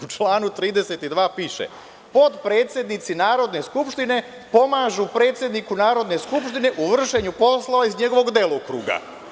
U članu 32. piše – potpredsednici Narodne skupštine pomažu predsedniku Narodne skupštine u vršenju poslova iz njegovog delokruga.